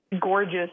gorgeous